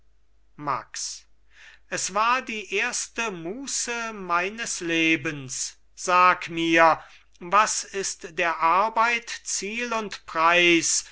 max es war die erste muße meines lebens sag mir was ist der arbeit ziel und preis